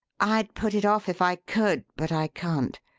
i'd put it off if i could, but i can't.